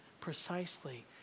precisely